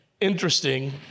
interesting